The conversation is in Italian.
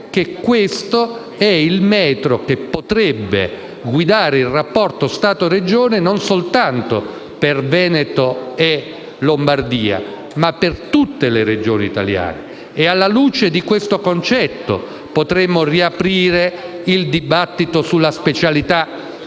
questo è il metro che potrebbe guidare il rapporto Stato-Regione non soltanto per Veneto e Lombardia, ma per tutte le Regioni italiane. E alla luce di questa impostazione potremmo riaprire il dibattito sulla specialità,